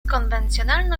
konwencjonalno